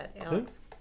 Alex